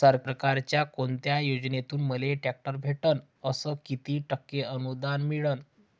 सरकारच्या कोनत्या योजनेतून मले ट्रॅक्टर भेटन अस किती टक्के अनुदान मिळन?